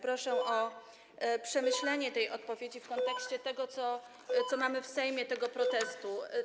Proszę o przemyślenie tej odpowiedzi w kontekście tego, co mamy w Sejmie, i tego protestu.